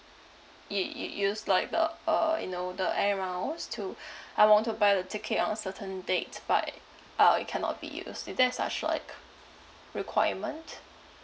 u~ u~ use like the uh you know the air miles to I want to buy the ticket on certain date but uh it cannot be used is there such like requirement